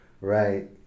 Right